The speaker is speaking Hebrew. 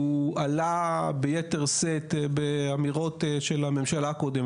הוא עלה ביתר שאת באמירות של הממשלה הקודמת,